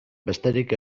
besterik